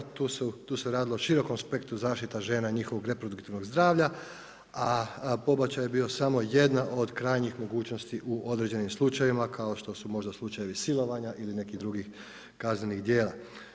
Tu se radilo o širokom spektru zaštita žena i njihovog reproduktivnog zdravlja, a pobačaj je bio samo jedna od krajnjih mogućnosti u određenim slučajevima kao što su možda slučajevi silovanje ili nekih drugih kaznenih djela.